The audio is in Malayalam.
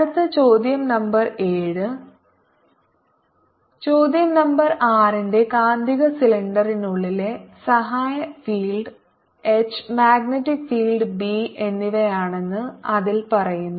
അടുത്ത ചോദ്യo നമ്പർ 7 ചോദ്യo നമ്പർ 6 ന്റെ കാന്തിക സിലിണ്ടറിനുള്ളിലെ സഹായ field H magnetic field B എന്നിവയാണെന്ന് അതിൽ പറയുന്നു